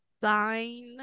sign